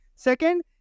Second